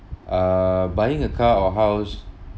uh buying a car or house